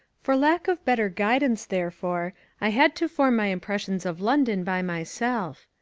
for lack of better guidance, therefore, i had to form my impressions of london by myself.